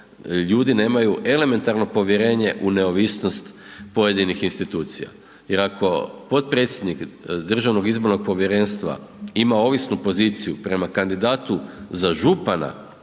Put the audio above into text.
ljudi nemaju elementarno povjerenje u neovisnost pojedinih institucija jer ako potpredsjednik DIP-a ima ovisnu poziciju prema kandidatu za župana